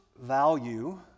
value